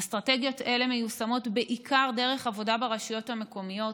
אסטרטגיות אלה מיושמות בעיקר דרך עבודה ברשויות המקומיות,